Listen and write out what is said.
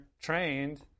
trained